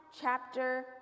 chapter